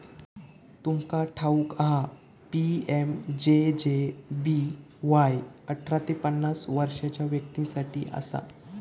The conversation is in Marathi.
तुमका ठाऊक हा पी.एम.जे.जे.बी.वाय अठरा ते पन्नास वर्षाच्या व्यक्तीं साठी असा